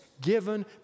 given